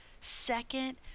second